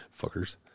fuckers